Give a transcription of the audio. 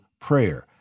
prayer